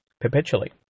perpetually